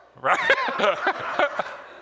right